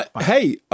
Hey